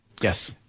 Yes